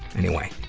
anyway,